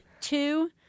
Two